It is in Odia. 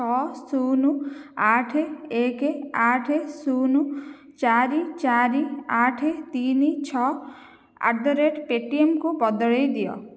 ଛଅ ଶୂନ ଆଠ ଏକ ଆଠ ଶୂନ ଚାରି ଚାରି ଆଠ ତିନି ଛଅ ଆଟ୍ ଦ ରେଟ୍ ପେଟିଏମ୍କୁ ବଦଳେଇ ଦିଅ